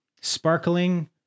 Sparkling